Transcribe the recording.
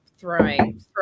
throwing